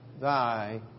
thy